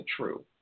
true